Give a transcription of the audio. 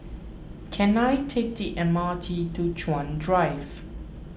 can I take the M R T to Chuan Drive